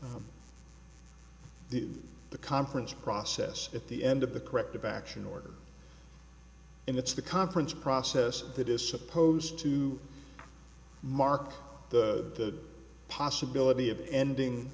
for the conference process at the end of the corrective action order and it's the conference process that is supposed to mark the possibility of ending